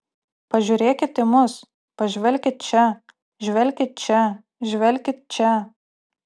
pažiūrėkit į mus pažvelkit čia žvelkit čia žvelkit čia